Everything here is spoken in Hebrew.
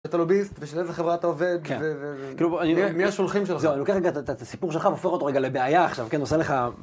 אתה לוביסט? ושל איזה חברה אתה עובד? ומי השולחים שלך? אני לוקח רגע את הסיפור שלך והופך אותו רגע לבעיה עכשיו כן עושה לך...